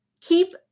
keep